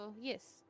yes